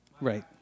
Right